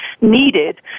needed